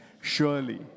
Surely